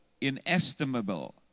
inestimable